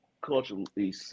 culturally